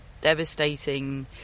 devastating